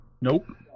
Nope